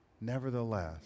Nevertheless